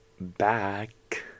back